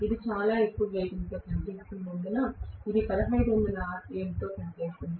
ఇది చాలా ఎక్కువ వేగంతో పనిచేస్తున్నందున ఇది 1500 rpm లో పనిచేస్తోంది